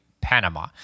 Panama